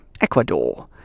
Ecuador